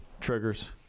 triggers